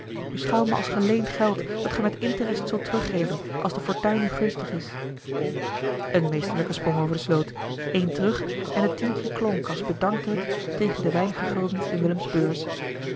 me als geleend geld dat ge met interest zult teruggeven als de fortuin u gunstig is een meesterlijke sprong over de sloot één terug en het tientje klonk als bedankte het tegen de weinige guldens in willems beurs